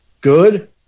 good